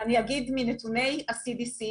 אני אגיד מנתוני ה-CDC,